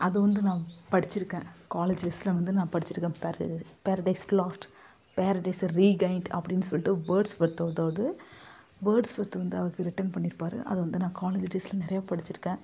அது வந்து நான் படித்திருக்கேன் காலேஜ் டேஸில் வந்து நான் படித்திருக்கேன் Paradise Lost paradise is regained அப்படின்னு சொல்லிட்டு வேர்ட்ஸ் வித்தோட ஒரு வேர்ட்ஸ் வித் வந்து அவருக்கு ரிட்டன் பண்ணியிருப்பாரு அதை வந்து நான் காலேஜ் டேஸில் நிறைய படித்திருக்கேன்